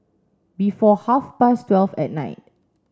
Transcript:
before half past twelve at night